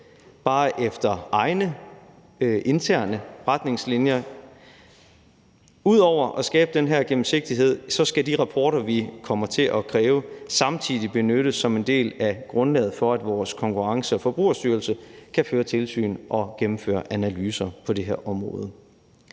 bare efter egne, interne retningslinjer. Ud over at skabe den her gennemsigtighed skal de rapporter, vi kommer til at kræve, samtidig benyttes som en del af grundlaget for, at Konkurrence- og Forbrugerstyrelsen kan føre tilsyn og gennemføre analyser på det her område.